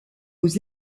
aux